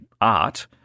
art –